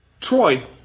Troy